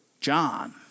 John